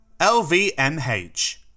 LVMH